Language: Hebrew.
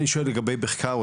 אני שואל לגבי מחקר,